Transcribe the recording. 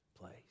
place